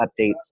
updates